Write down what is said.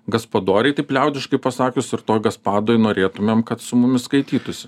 gaspadoriai taip liaudiškai pasakius ir toj gaspadoj norėtumėm kad su mumis skaitytųsi